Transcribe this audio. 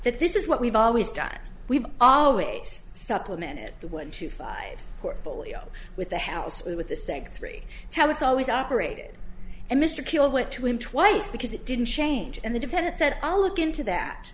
that this is what we've always done we've always supplemented the one to five portfolio with the house with the sec three tell it's always operated and mr killen went to him twice because it didn't change and the defendant said i'll look into that